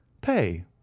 Pay